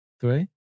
Three